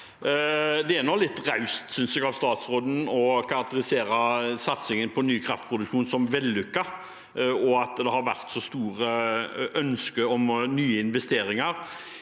Det er nå litt raust av statsråden, synes jeg, å karakterisere satsingen på ny kraftproduksjon som vellykket, og si at det har vært så store ønsker om nye investeringer.